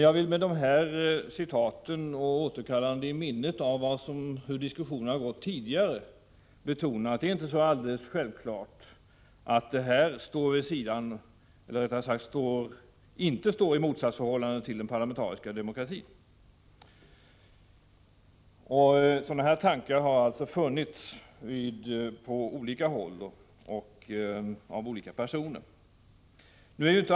Jag vill med de uttalanden jag åberopat och genom att återkalla i minnet hur diskussionerna tidigare har förts betona att det inte är alldeles självklart att det som nu föreslås inte står i motsatsförhållande till den parlamentariska demokratin. Tankar i samma riktning har alltså framförts från olika håll och av olika personer.